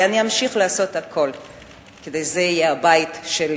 ואני אמשיך לעשות הכול כדי שזה יהיה הבית שלי,